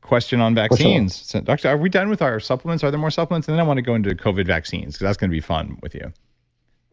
question on vaccines, doctor. are we done with our supplements? are there more supplements? then i want to go into covid vaccines, because that's going to be fun with you